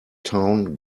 town